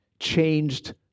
changed